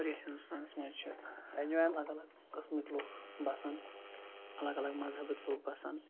اور یَتھ ہِندوستانَس منٛز چھِ اَلَگ الَگ قٕسمٕکۍ لُکھ بَسان اَلَگ الَگ مزہبٕکۍ لُکھ بَسان